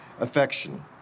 affection